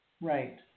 Right